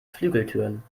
flügeltüren